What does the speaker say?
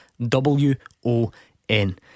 W-O-N